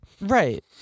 Right